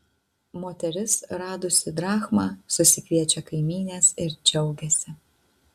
moteris radusi drachmą susikviečia kaimynes ir džiaugiasi